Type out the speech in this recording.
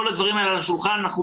יש